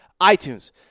iTunes